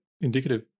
Indicative